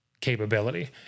capability